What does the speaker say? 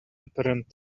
apparent